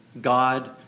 God